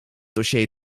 dossier